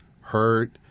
hurt